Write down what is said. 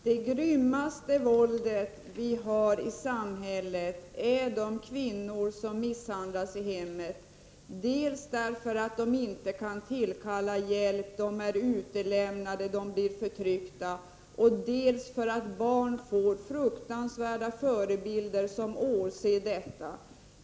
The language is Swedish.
Herr talman! Det grymmaste våldet i samhället är det som begås mot kvinnor när de misshandlas i hemmen, dels därför att de inte kan tillkalla hjälp — de är utlämnade och förtryckta — dels därför att deras barn som åser detta våld får fruktansvärda förebilder.